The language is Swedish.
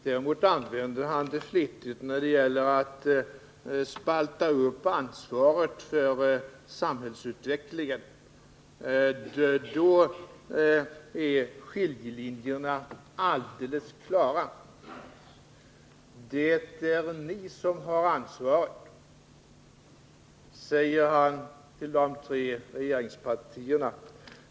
Däremot använder han det flitigt när det gäller att spalta upp ansvaret för samhällsutvecklingen. Då är skiljelinjerna helt klara. Det är ni som har ansvaret, säger Olof Palme till de tre regeringspartierna.